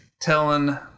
telling